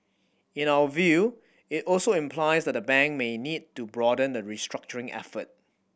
in our view it also implies that the bank may need to broaden the restructuring effort